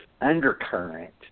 undercurrent